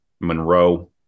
Monroe